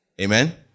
Amen